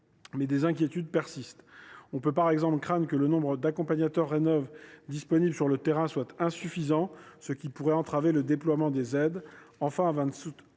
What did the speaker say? mais des inquiétudes persistent. Il est par exemple à craindre que le nombre d’« accompagnateurs Rénov’ » disponibles sur le terrain soit insuffisant, ce qui pourrait entraver le déploiement des aides. Enfin, afin